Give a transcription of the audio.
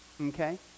okay